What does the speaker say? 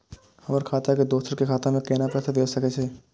हमर खाता से दोसर के खाता में केना पैसा भेज सके छे?